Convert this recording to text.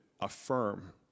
affirm